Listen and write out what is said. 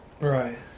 Right